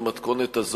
במתכונת הזאת,